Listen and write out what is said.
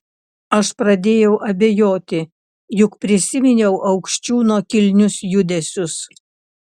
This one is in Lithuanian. aš pradėjau abejoti juk prisiminiau aukščiūno kilnius judesius